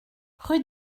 rue